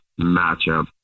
matchup